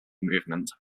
movement